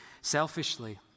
selfishly